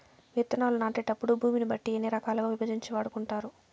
విత్తనాలు నాటేటప్పుడు భూమిని బట్టి ఎన్ని రకాలుగా విభజించి వాడుకుంటారు?